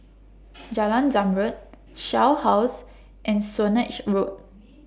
Jalan Zamrud Shell House and Swanage Road